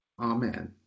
Amen